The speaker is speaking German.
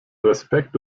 respekt